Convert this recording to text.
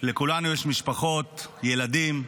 לכולנו יש משפחות, ילדים.